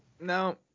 No